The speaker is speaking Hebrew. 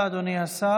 תודה, אדוני השר.